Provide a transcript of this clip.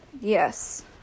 yes